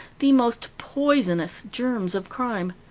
the most poisonous germs of crime.